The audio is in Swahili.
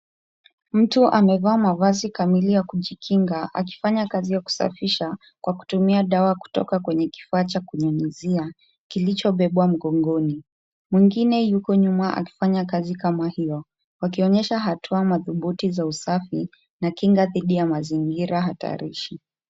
Mtu amevaa mavazi kamili ya kujikinga, akifanya kazi ya kusafisha kwa kutumia dawa kutoka kwa kifaa cha kunyunyizia kilichobebwa mgongoni. Mwingine yuko nyuma akifanya kazi kama hiyo, wakionyesha hatua madhubuti za usafi, na kinga dhidi ya mazingira hatarishi.